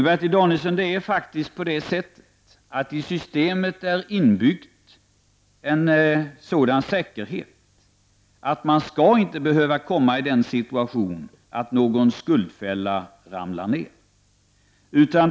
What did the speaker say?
Men, Bertil Danielsson, i systemet är inbyggt en sådan säkerhet att man skall inte behöva komma i den situationen att någon skuldfälla ramlar ner.